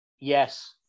Yes